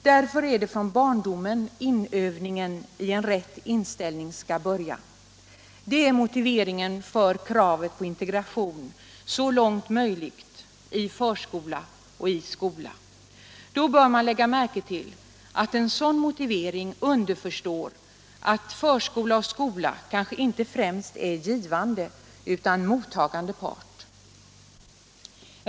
Därför är det från barndomen som inövningen av en rätt inställning skall börja. Det är motiveringen för kravet på integration så långt möjligt i förskola och skola. Då bör man lägga märke till att en sådan motivering underförstår att förskola och skola kanske inte främst är givande utan mottagande part.